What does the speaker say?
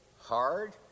hard